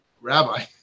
rabbi